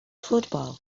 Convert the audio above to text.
football